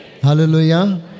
Hallelujah